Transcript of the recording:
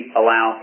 allow